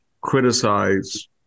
criticize